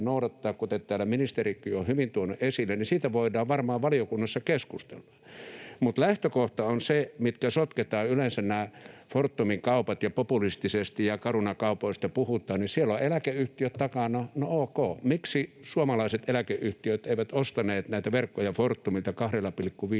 kuten täällä ministeritkin ovat hyvin tuoneet esille, ja siitä voidaan varmaan valiokunnassa keskustella. Mutta lähtökohta on se — mihin sotketaan yleensä nämä Fortumin kaupat populistisesti, ja Caruna-kaupoista puhutaan — että siellä ovat eläkeyhtiöt takana. No ok, miksi suomalaiset eläkeyhtiöt eivät ostaneet näitä verkkoja Fortumilta 2,55